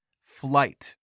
flight